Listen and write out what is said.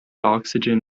oxygen